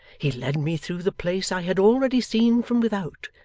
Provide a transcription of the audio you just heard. he led me through the place i had already seen from without,